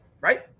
right